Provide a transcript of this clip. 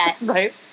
Right